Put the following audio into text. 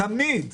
תמיד.